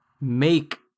make